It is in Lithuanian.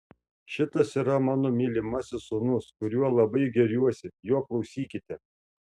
šitas yra mano mylimasis sūnus kuriuo labai gėriuosi jo klausykite